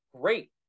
great